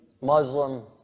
Muslim